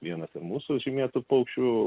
vienas ten mūsų žymėtų paukščių